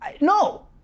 no